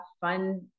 fun